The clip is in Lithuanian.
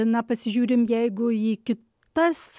na pasižiūrim jeigu į kitas